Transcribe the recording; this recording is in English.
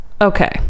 Okay